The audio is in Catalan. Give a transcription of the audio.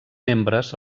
membres